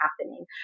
happening